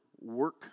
work